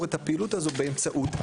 את הפעילות הזו באמצעות עצירת המימון.